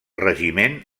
regiment